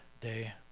day